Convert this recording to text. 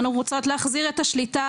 אנו רוצות להחזיר את השליטה,